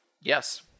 Yes